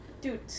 dude